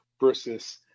versus